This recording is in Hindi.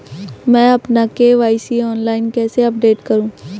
मैं अपना के.वाई.सी ऑनलाइन कैसे अपडेट करूँ?